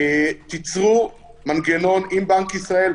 תיצרו מנגנון עם בנק ישראל,